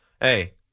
hey